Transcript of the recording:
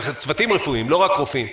לא רק רופאים,